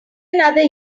another